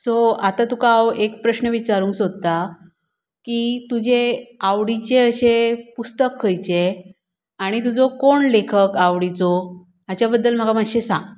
so आतां तुका हांव एक प्रश्न विचारूंक सोदतां की तुजे आवडिचें अशें पुस्तक खंयचें आनी तुजो कोण लेखक आवडिचो हाच्या बद्दल म्हाका मातशें सांग